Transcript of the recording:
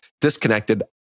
disconnected